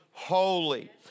Holy